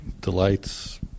delights